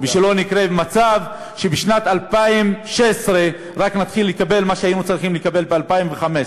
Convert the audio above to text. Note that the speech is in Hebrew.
ושלא יקרה מצב שבשנת 2016 רק נתחיל לקבל מה שהיינו צריכים לקבל ב-2015.